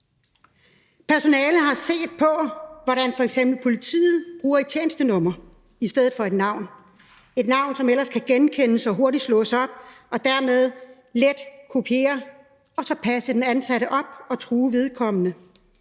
Personalet har set på, hvordan de f.eks. i politiet bruger et tjenestenummer i stedet for et navn – et navn, som ellers kan genkendes og hurtigt slås op og dermed let kopieres, og hvor man så kan passe den ansatte op og true vedkommende